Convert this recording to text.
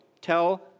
Tell